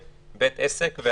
ב-2018 זה השתנה.